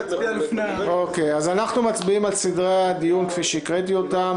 אנחנו מצביעים על סדרי הדיון כפי שהקראתי אותם,